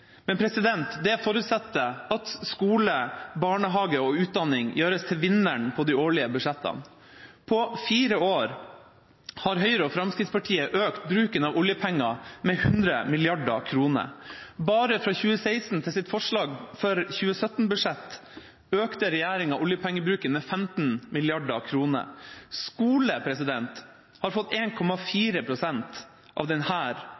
det forutsetter at skole, barnehage og utdanning gjøres til vinnere i de årlige budsjettene. På fire år har Høyre og Fremskrittspartiet økt bruken av oljepenger med 100 mrd. kr. Bare fra 2016 til sitt forslag for 2017-budsjett, økte regjeringa oljepengebruken med 15 mrd. kr. Skole har fått 1,4 pst. av